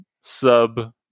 sub